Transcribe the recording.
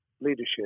leadership